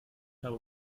habe